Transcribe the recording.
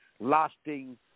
lasting